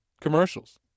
commercials